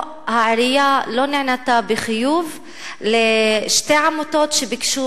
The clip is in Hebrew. העירייה לא ענתה בחיוב לשתי עמותות שביקשו